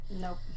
Nope